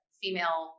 female